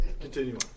continue